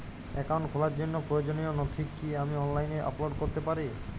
Account খোলার জন্য প্রয়োজনীয় নথি কি আমি অনলাইনে আপলোড করতে পারি?